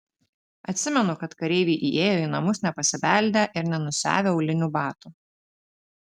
atsimenu kad kareiviai įėjo į namus nepasibeldę ir nenusiavę aulinių batų